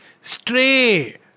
stray